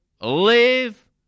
live